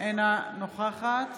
אינה נוכחת